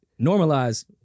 Normalize